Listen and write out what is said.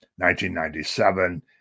1997